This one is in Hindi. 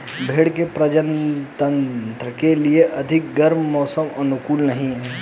भेंड़ की प्रजननता के लिए अधिक गर्म मौसम अनुकूल नहीं है